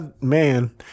man